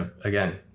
again